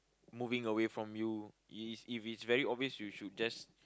moving away from you it is if it is very obvious you should just